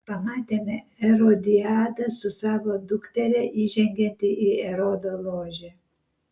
pamatėme erodiadą su savo dukteria įžengiant į erodo ložę